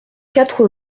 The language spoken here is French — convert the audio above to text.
quatres